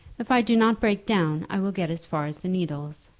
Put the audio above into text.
if i do not break down i will get as far as the needles,